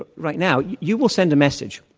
but right now you will send a message.